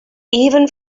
even